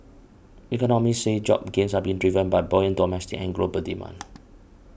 economists say job gains are being driven by buoyant domestic and global demand